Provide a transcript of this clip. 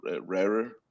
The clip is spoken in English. rarer